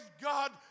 God